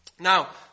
Now